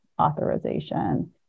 authorization